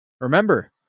remember